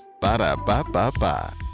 Ba-da-ba-ba-ba